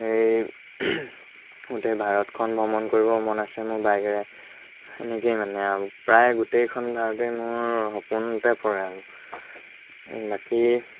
এই গোটেই ভাৰতখন ভ্ৰমণ কৰিব মন আছে মোৰ বাইকেৰে এনেকেই মানে আৰু প্ৰায় গোটেইখন ভাৰতেই মোৰ সপোনতে পৰে আৰু বাকী